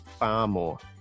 Farmore